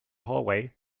hallway